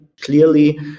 clearly